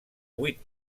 vuit